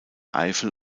eifel